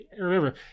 Remember